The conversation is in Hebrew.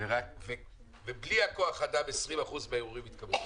וגם בלי כוח האדם 20% מן הערעורים התקבלו.